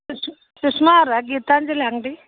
ಸುಸ್ ಸುಷ್ಮಾ ಅವರಾ ಗೀತಾಂಜಲಿ ಅಂಗಡಿ